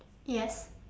yes